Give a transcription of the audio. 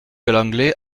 lenglet